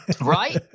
right